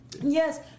Yes